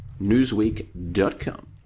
Newsweek.com